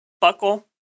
buckle